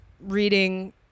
reading